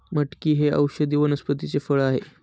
मटकी हे औषधी वनस्पतीचे फळ आहे